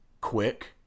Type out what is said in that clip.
quick